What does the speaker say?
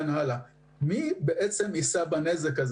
מי יישא בנזק?